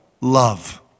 love